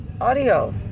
Audio